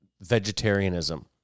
vegetarianism